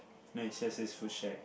no it just says food shack